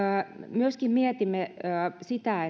myöskin mietimme sitä